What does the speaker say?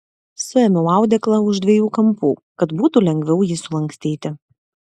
suėmiau audeklą už dviejų kampų kad būtų lengviau jį sulankstyti